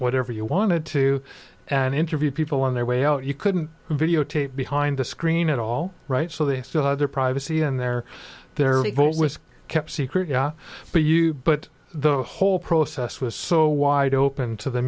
whatever you wanted to and interview people on their way out you couldn't videotape behind the screen at all right so they still had their privacy and there their vote was kept secret yeah but you but the whole process was so wide open to the